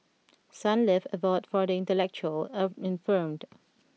Sunlove Abode for the Intellectually of Infirmed